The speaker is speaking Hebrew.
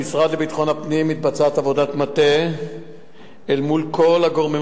במשרד לביטחון הפנים מתבצעת עבודת מטה אל מול כל הגורמים